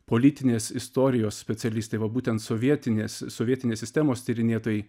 politinės istorijos specialistė va būtent sovietinės sovietinės sistemos tyrinėtojai